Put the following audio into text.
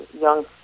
young